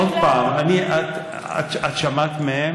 עוד פעם, את שמעת מהם?